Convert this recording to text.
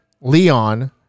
Leon